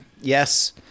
yes